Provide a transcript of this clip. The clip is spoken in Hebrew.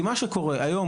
מה שקורה היום,